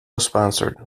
sponsored